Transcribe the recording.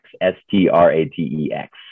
S-T-R-A-T-E-X